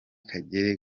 kagere